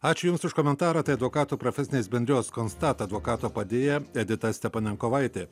ačiū jums už komentarą tai advokatų profesinės bendrijos constat advokato padėjėja edita stepanenkovaitė